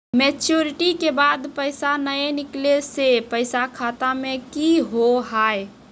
Maturity के बाद पैसा नए निकले से पैसा खाता मे की होव हाय?